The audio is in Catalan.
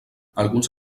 alguns